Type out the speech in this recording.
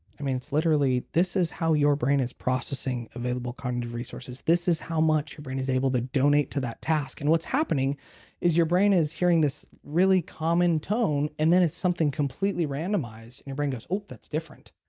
i mean it's literally this is how your brain is processing available cognitive resources. this is how much your brain is able to donate to that task and what's happening is your brain is hearing this really common tone and then it's something completely randomized and your brain goes oh! that's different.